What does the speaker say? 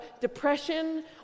depression